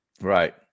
Right